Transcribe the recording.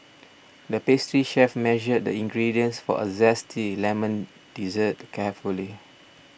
the pastry chef measured the ingredients for a Zesty Lemon Dessert carefully